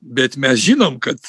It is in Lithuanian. bet mes žinom kad